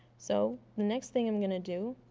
so next thing i'm going to do.